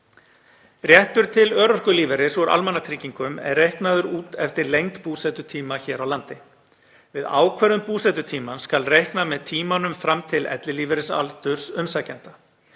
Réttur til örorkulífeyris úr almannatryggingum er reiknaður út eftir lengd búsetutíma hér á landi. Við ákvörðun búsetutímans skal reikna með tímanum fram til ellilífeyrisaldurs umsækjenda.